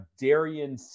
Darian